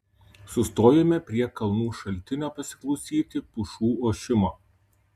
sustojome prie kalnų šaltinio pasiklausyti pušų ošimo